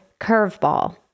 curveball